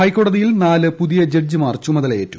ഹൈക്കോടതിയിൽ നാല് പുതിയി ജ്ഡ്ജിമാർ ന് ചുമതലയേറ്റു